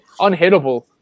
unhittable